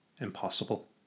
impossible